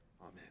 Amen